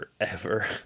forever